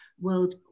World